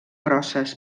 grosses